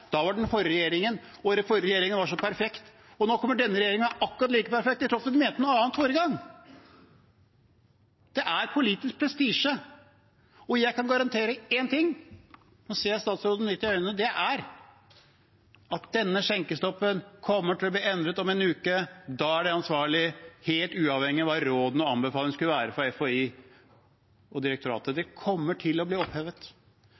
den forrige regjeringen, og den forrige regjeringen var så perfekt. Nå kommer denne regjeringen og er akkurat like perfekt til tross for at man mente noe annet forrige gang. Det er politisk prestisje. Jeg kan garantere én ting, og nå ser jeg statsråden litt i øynene, og det er at denne skjenkestoppen kommer til å bli endret om en uke. Da er det ansvarlig, helt uavhengig av hva rådene og anbefalingene skulle være fra FHI og direktoratet. Den kommer til å bli opphevet,